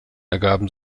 ergaben